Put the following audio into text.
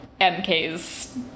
MK's